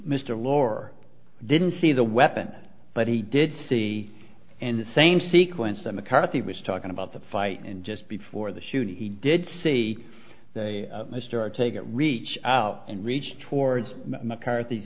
lorre didn't see the weapon but he did see in the same sequence that mccarthy was talking about the fight and just before the shooting he did see a star take it reach out and reach towards mccarthy